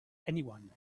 anyone